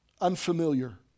unfamiliar